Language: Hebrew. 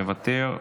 מוותר,